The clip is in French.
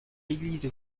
église